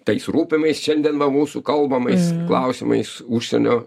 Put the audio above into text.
tais rūpimais šiandien va mūsų kalbamais klausimais užsienio